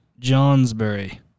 Johnsbury